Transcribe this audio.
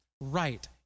right